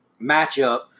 matchup